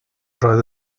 roedd